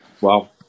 Wow